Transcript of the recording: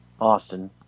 Austin